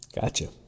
Gotcha